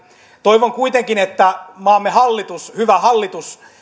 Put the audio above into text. toivon kuitenkin että maamme hallitus hyvä hallitus